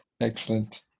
Excellent